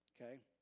Okay